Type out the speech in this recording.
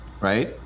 right